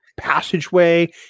passageway